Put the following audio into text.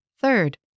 Third